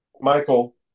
Michael